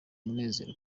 umunezero